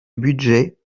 budget